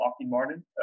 Martin